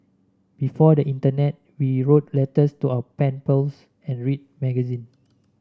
before the internet we wrote letters to our pen pals and read magazines